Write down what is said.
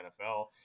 NFL